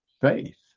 faith